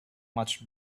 much